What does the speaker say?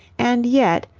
and yet.